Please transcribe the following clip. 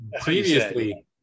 previously